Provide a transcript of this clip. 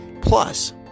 Plus